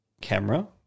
camera